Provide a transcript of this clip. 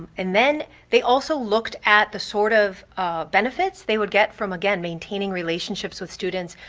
and then they also looked at the sort of benefits they would get from again maintaining relationships with students,